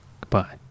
Goodbye